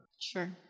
Sure